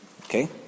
Okay